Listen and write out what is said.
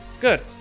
Good